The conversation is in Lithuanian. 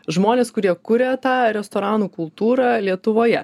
žmonės kurie kuria tą restoranų kultūrą lietuvoje